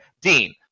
Dean